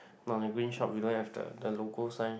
no the green shop we don't have the the logo sign